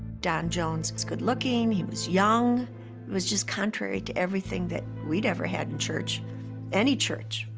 don jones was good looking. he was young. it was just contrary to everything that we'd ever had in church any church,